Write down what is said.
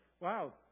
wow